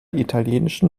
italienischen